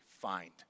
find